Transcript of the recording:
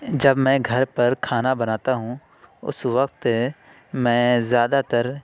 جب میں گھر پر کھانا بناتا ہوں اس وقت میں زیادہ تر